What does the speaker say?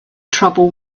trouble